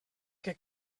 que